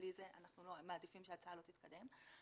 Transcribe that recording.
בלי זה אנחנו מעדיפים שההצעה לא תתקדם.